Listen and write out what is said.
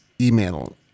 email